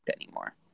anymore